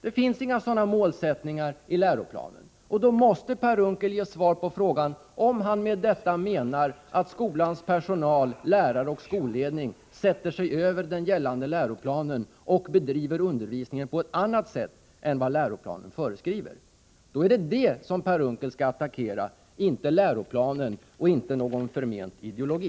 Det finns inga sådana målsättningar i läroplanen, och då måste Per Unckel ge svar på frågan om han med detta menar att skolans personal — lärare och skolledning — sätter sig över den gällande läroplanen och bedriver undervisningen på ett annat sätt än vad läroplanen föreskriver. Då är det det som Per Unckel skall attackera, inte läroplanen och inte någon förment ideologi.